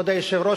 כבוד היושב-ראש,